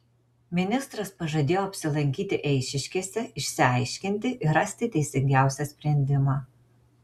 ministras pažadėjo apsilankyti eišiškėse išsiaiškinti ir rasti teisingiausią sprendimą